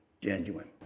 genuine